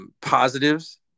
positives